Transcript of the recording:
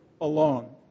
alone